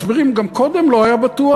מסבירים: גם קודם לא היה בטוח.